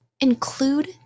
include